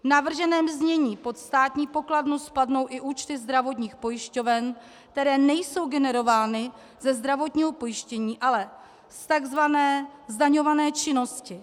V navrženém znění pod Státní pokladnu spadnou i účty zdravotních pojišťoven, které nejsou generovány ze zdravotního pojištění, ale z takzvané zdaňované činnosti.